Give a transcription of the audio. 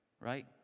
right